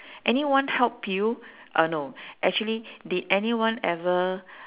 anyone help you uh no actually did anyone ever